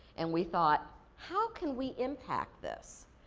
and we thought, how can we impact this?